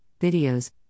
videos